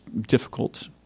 difficult